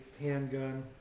handgun